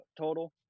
total